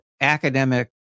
academic